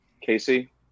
casey